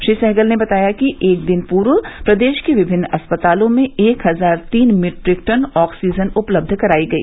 श्री सहगल ने बताया कि एक दिन पूर्व प्रदेश के विभिन्न अस्पतालों में एक हजार तीन मीट्रिक टन ऑक्सीजन उपलब्ध कराई गई